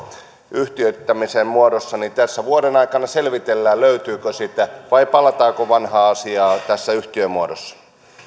yhtiöittämisen muodossa ja vuoden aikana selvitellään löytyykö sitä vai palataanko vanhaan asiaan tässä yhtiömuodossa